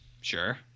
Sure